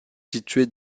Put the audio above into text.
situé